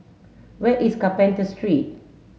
where is Carpenter Street